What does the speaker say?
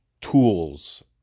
tools